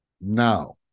Now